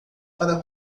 para